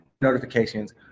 Notifications